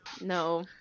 no